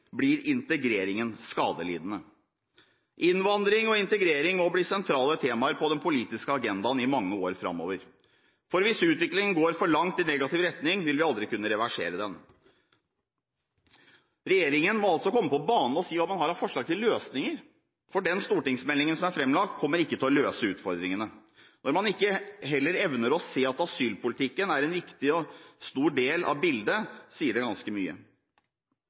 blir integreringen skadelidende. Innvandring og integrering må bli sentrale temaer på den politiske agendaen i mange år framover, for hvis utviklingen går for langt i negativ retning, vil vi aldri kunne reversere den. Regjeringen må altså komme på banen og si hva man har av forslag til løsninger, for den stortingsmeldingen som er framlagt, kommer ikke til å løse utfordringene. Når man heller ikke evner å se at asylpolitikken er en viktig og stor del av bildet, sier det ganske mye.